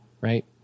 Right